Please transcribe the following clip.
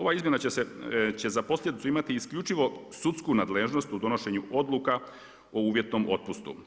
Ova izmjena će za posljedicu imati isključivo sudsku nadležnost u donošenju odluka o uvjetnom otpustu.